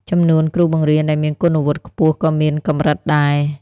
ចំនួនគ្រូបង្រៀនដែលមានគុណវុឌ្ឍិខ្ពស់ក៏មានកម្រិតដែរ។